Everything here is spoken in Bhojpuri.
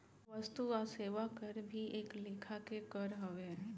वस्तु आ सेवा कर भी एक लेखा के कर हवे